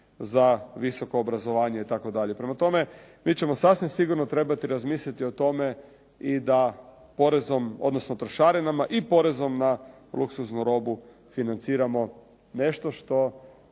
za visoko obrazovanje itd. Prema tome, mi ćemo sasvim sigurno trebati razmisliti o tome i da porezom, odnosno trošarinama i porezom na luksuznu robu financiramo nešto što